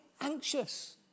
anxious